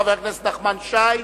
חבר הכנסת נחמן שי,